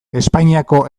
espainiako